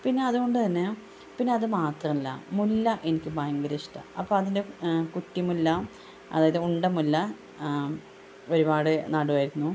പിന്നെ അതുകൊണ്ട് തന്നെ പിന്നെ അത് മാത്രല്ല മുല്ല എനിക്ക് ഭയങ്കര ഇഷ്ടമാണ് അപ്പോള് അതിൻ്റെ കുറ്റിമുല്ല അതായത് ഉണ്ടമുല്ല ഒരുപാട് നടുവായിരുന്നു